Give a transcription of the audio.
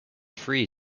free